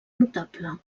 notable